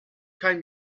kein